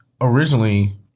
Originally